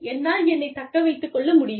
என்னால் என்னைத் தக்க வைத்துக் கொள்ள முடியும்